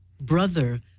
brother